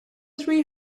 three